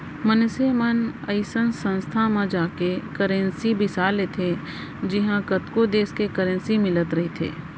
मनसे मन अइसन संस्था म जाके करेंसी बिसा लेथे जिहॉं कतको देस के करेंसी मिलत रहिथे